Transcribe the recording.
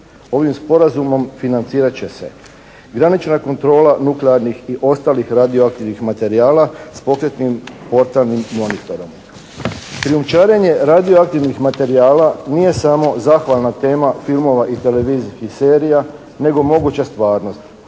Ovim sporazumom financirat će se granična kontrola nuklearnih i ostalih radioaktivnih materijala s pokretnim portalnim monitorom. Krijumčarenje radioaktivnih materijala nije samo zahvalna tema filmova i televizijskih serija, nego moguća stvarnost